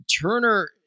Turner